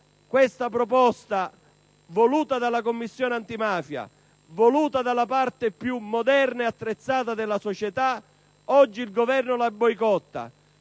Questa proposta, voluta dalla Commissione antimafia e dalla parte più moderna e attrezzata della società, oggi viene boicottata